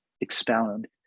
Expound